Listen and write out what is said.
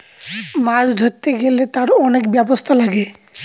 মাছ ধরতে গেলে তার অনেক ব্যবস্থা লাগে